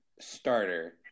starter